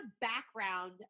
background